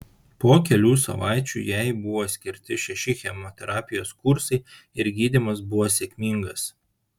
po kelių savaičių jai buvo skirti šeši chemoterapijos kursai ir gydymas buvo sėkmingas